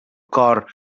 cor